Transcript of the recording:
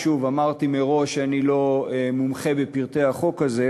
שוב, אמרתי מראש שאני לא מומחה בפרטי החוק הזה,